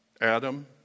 Adam